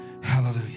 hallelujah